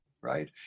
Right